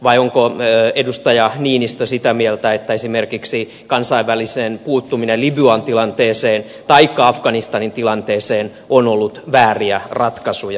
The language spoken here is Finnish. vai onko edustaja niinistö sitä mieltä että esimerkiksi kansainvälinen puuttuminen libyan tilanteeseen taikka afganistanin tilanteeseen ovat olleet vääriä ratkaisuja